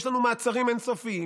יש לנו מעצרים אין-סופיים,